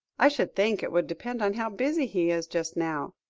i should think it would depend on how busy he is just now.